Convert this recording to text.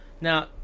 Now